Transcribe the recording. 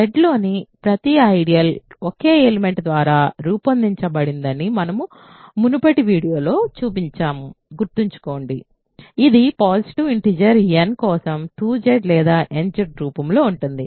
Zలోని ప్రతి ఐడియల్ ఒకే ఎలిమెంట్ ద్వారా రూపొందించబడిందని మనము మునుపటి వీడియోలో చూపించామని గుర్తుంచుకోండి అది పాసిటివ్ ఇంటిజర్ n కోసం 2Z లేదా nZ రూపంలో ఉంటుంది